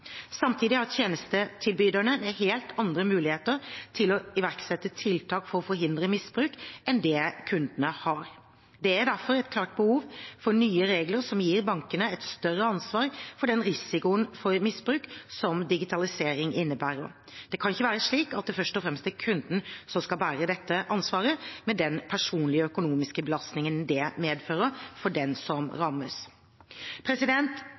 Samtidig har tjenestetilbyderne helt andre muligheter til å iverksette tiltak for å forhindre misbruk enn det kunden har. Det er derfor et klart behov for nye regler som gir bankene et større ansvar for den risikoen for misbruk som digitaliseringen innebærer. Det kan ikke være slik at det først og fremst er kundene som skal bære dette ansvaret med den personlige og økonomiske belastningen det medfører for den som